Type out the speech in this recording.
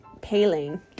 paling